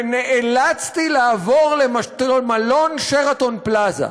ונאלצתי לעבור למלון "שרתון פלאזה".